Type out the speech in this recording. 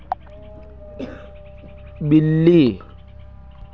बिल्ली